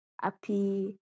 happy